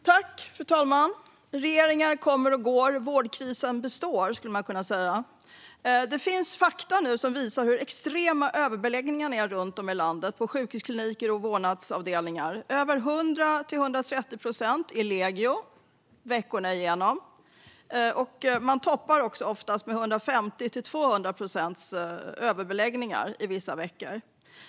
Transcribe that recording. Fru talman! Regeringar kommer och går, men vårdkrisen består, skulle man kunna säga. Det finns fakta som visar de extrema överbeläggningarna runt om i landet på sjukhuskliniker och vårdavdelningar - 100-130 procent veckorna igenom. Det toppas med 150-200 procents överbeläggningar vissa veckor.